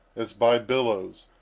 as by billows,